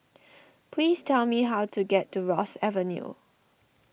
please tell me how to get to Ross Avenue